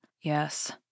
Yes